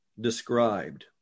Described